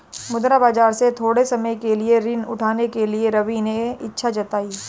मुद्रा बाजार से थोड़े समय के लिए ऋण उठाने के लिए रवि ने इच्छा जताई